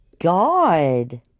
God